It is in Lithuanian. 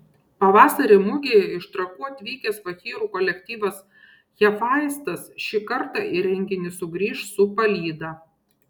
pavasarį mugėje iš trakų atvykęs fakyrų kolektyvas hefaistas šį kartą į renginį sugrįš su palyda